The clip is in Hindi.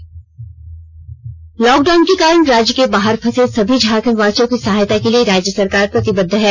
सहायता लॉकडाउन के कारण राज्य के बाहर फंसे सभी झारखण्ड वासियों की सहायता के लिए राज्य सरकार प्रतिबद्ध है